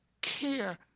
care